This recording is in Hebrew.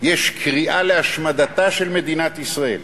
יש קריאה להשמדתה של מדינת ישראל.